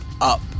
up